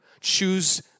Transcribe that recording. choose